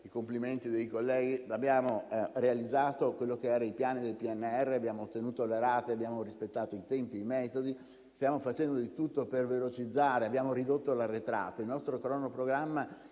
complimenti dei colleghi; abbiamo realizzato quello che era nei piani del PNRR, abbiamo ottenuto le rate, abbiamo rispettato i tempi e i metodi. Stiamo facendo di tutto per imprimere una velocizzazione, abbiamo ridotto l'arretrato. Il nostro cronoprogramma